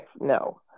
No